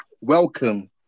Welcome